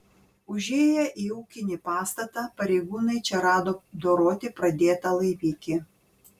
užėję į ūkinį pastatą pareigūnai čia rado doroti pradėtą laimikį